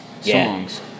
songs